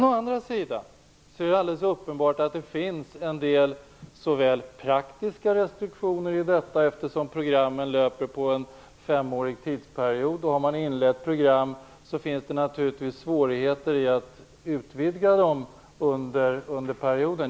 Å andra sidan är det uppenbart att det finns en del praktiska restriktioner i detta, eftersom programmen löper på en femårig tidsperiod. Jag är fullt medveten om att om man har inlett program, är det naturligtvis svårt att utvidga dessa under perioden.